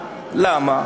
למה?